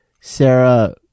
Sarah